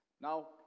Now